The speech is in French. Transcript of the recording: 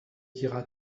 dira